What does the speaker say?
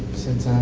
since